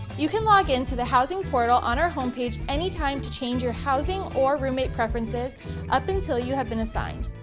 you can log into the housing portal on our home page any time to change your housing or roommate preference s up until you have been assigned.